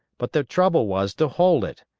but the trouble was to hold it,